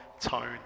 tone